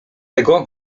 tego